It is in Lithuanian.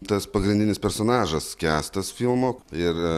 tas pagrindinis personažas kęstas filmo ir